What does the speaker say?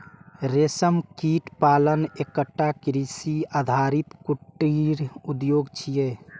रेशम कीट पालन एकटा कृषि आधारित कुटीर उद्योग छियै